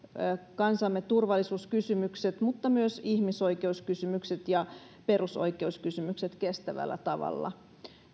kansamme turvallisuuskysymykset mutta myös ihmisoikeuskysymykset ja perusoikeuskysymykset kestävällä tavalla